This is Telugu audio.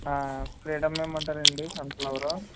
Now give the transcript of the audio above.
ఫ్రీడమ్ ఇమ్మంటారా అండి సన్ ఫ్లవరు